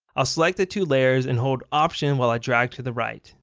i'll select the two layers and hold option while i drag to the right.